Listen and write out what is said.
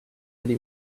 city